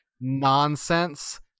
nonsense